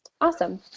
Awesome